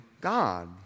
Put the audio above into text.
God